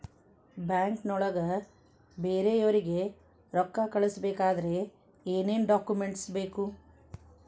ಬ್ಯಾಂಕ್ನೊಳಗ ಬೇರೆಯವರಿಗೆ ರೊಕ್ಕ ಕಳಿಸಬೇಕಾದರೆ ಏನೇನ್ ಡಾಕುಮೆಂಟ್ಸ್ ಬೇಕು?